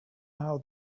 how